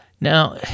Now